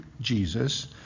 Jesus